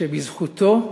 שבזכותו,